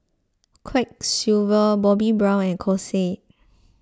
Quiksilver Bobbi Brown and Kose